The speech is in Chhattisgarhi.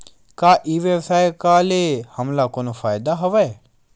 का ई व्यवसाय का ले हमला कोनो फ़ायदा हवय?